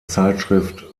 zeitschrift